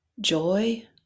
joy